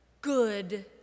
good